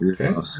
Okay